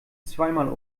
zweimal